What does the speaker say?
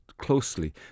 closely